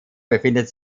befindet